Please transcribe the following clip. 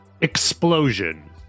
explosion